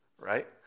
right